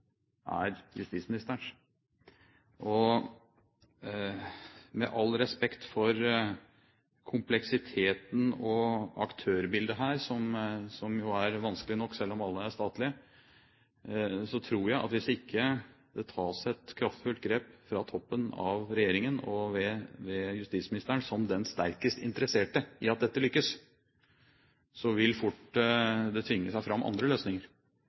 er justisministerens. Og med all respekt for kompleksiteten og aktørbildet her, som jo er vanskelig nok, selv om alle er statlige, tror jeg at hvis det ikke tas et kraftfullt grep fra toppen av regjeringen ved justisministeren som den sterkest interesserte i at dette lykkes, vil det fort tvinge seg fram andre løsninger,